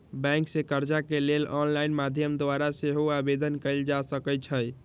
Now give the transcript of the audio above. bank से कर्जा के लेल ऑनलाइन माध्यम द्वारा सेहो आवेदन कएल जा सकइ छइ